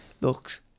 looks